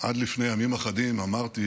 עד לפני ימים אחדים אמרתי